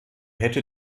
hätte